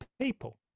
people